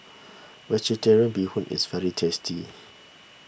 Vegetarian Bee Hoon is very tasty